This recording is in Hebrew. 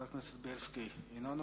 חבר הכנסת בילסקי, אינו נוכח.